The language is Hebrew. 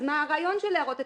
אז מה הרעיון של הערות הציבור,